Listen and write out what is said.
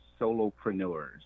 solopreneurs